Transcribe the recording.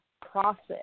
process